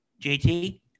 JT